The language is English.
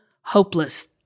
hopeless